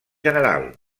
general